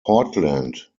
portland